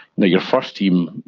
your first team,